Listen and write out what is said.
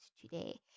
today